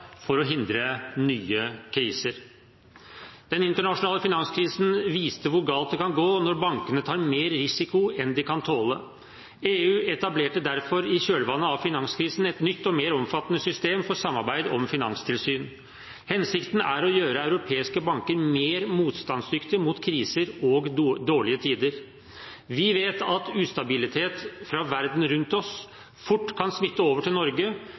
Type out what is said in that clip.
for å hindre nye kriser. Den internasjonale finanskrisen viste hvor galt det kan gå når bankene tar mer risiko enn de kan tåle. EU etablerte derfor i kjølvannet av finanskrisen et nytt og mer omfattende system for samarbeid om finanstilsyn. Hensikten er å gjøre europeiske banker mer motstandsdyktige mot kriser og dårlige tider. Vi vet at ustabilitet fra verden rundt oss fort kan smitte over til Norge